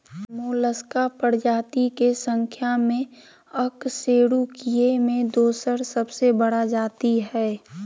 Mollusca प्रजाति के संख्या में अकशेरूकीय के दोसर सबसे बड़ा जाति हइ